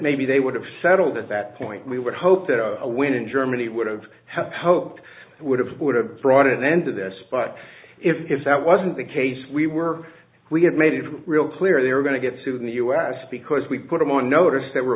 maybe they would have settled at that point we would hope that a win in germany would have had hoped would have would have brought an end to this but if that wasn't the case we were we had made it real clear they were going to get sued in the us because we put them on notice that we're